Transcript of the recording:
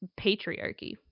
patriarchy